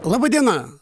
laba diena